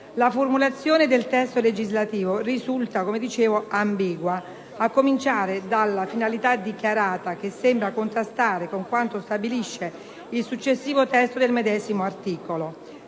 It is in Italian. La formulazione del testo legislativo risulta, come dicevo, ambigua a cominciare dalla finalità dichiarata, che sembra contrastare con quanto stabilisce il successivo testo del medesimo articolo,